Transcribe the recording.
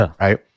right